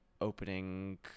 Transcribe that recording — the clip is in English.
opening